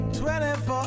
24